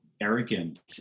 arrogant